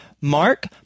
Mark